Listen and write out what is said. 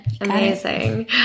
Amazing